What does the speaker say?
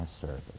service